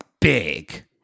Big